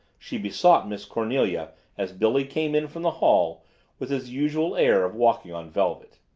she besought miss cornelia as billy came in from the hall with his usual air of walking on velvet.